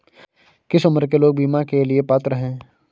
किस उम्र के लोग बीमा के लिए पात्र हैं?